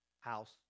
house